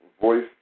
voice